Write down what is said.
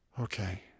okay